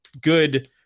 good